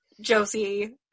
Josie